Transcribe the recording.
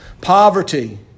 poverty